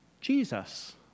Jesus